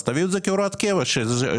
תביאו את זה כהוראת קבע כדי שמה שקורה